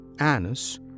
anus